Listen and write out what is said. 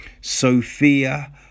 Sophia